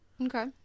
Okay